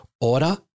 order